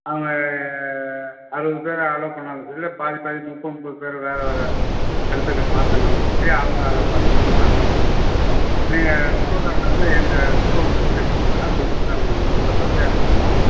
அவங்க அறுபது பேர் அலோ பண்ணாலும் சரி இல்லை பாதி பாதி முப்பது முப்பது பேர் வேறு வேறு இடத்துக்கு மாற்றினாலும் சரி அவங்க அதை பார்த்துக்குவாங்க நீங்கள் ஸ்டூடண்ட் வந்து எங்கள் ஸ்கூல் பஸ்லேயே போங்க கிருஷ்ணசாமி எங்கள் பஸ்லேயே அனுப்புகிறோம்